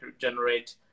generate